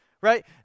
right